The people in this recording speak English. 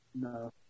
No